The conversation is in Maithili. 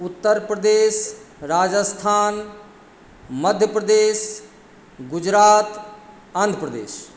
उत्तरप्रदेश राजस्थान मध्यप्रदेश गुजरात आन्ध्रप्रदेश